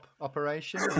operation